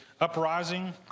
uprising